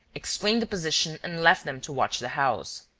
explained the position and left them to watch the house.